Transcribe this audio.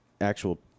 actual